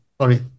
sorry